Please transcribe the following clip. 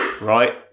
Right